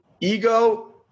Ego